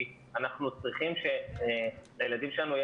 כי אנחנו צריכים שלילדים שלנו יהיו